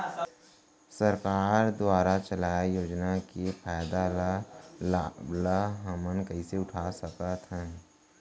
सरकार दुवारा चलाये योजना के फायदा ल लाभ ल हमन कइसे उठा सकथन?